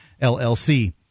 LLC